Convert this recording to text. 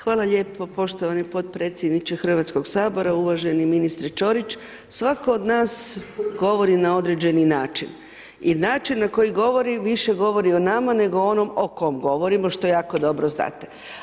Hvala lijepo, poštovani podpredsjedniče Hrvatskog sabora, uvaženi ministre Ćorić, svatko od nas govori na određeni način i način na koji govori više govori o nama nego o onom o kom govorimo što jako dobro znate.